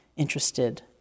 interested